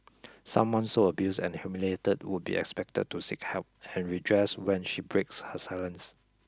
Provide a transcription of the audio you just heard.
someone so abused and humiliated would be expected to seek help and redress when she breaks her silence